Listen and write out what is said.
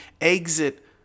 exit